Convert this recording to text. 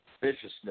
viciousness